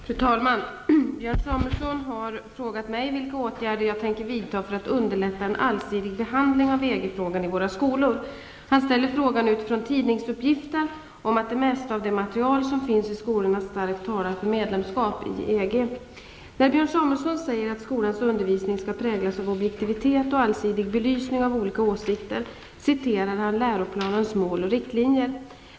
Fru talman! Björn Samuelson har frågat mig vilka åtgärder jag tänker vidta för att underlätta en allsidig behandling av EG-frågan i våra skolor. Han ställer frågan utifrån tidningsuppgifter om att det mesta av det material som finns i skolorna starkt talar för medlemskap i EG. När Björn Samuelson säger att skolans undervisning skall präglas av objektivitet och allsidig belysning av olika åsikter, citerar han läroplanens Mål och riktlinjer.